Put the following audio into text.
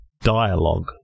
Dialogue